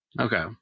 Okay